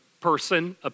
person